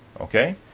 Okay